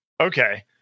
Okay